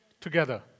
together